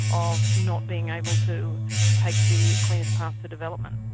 of not being able to take the cleanest path to development.